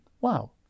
Wow